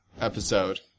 episode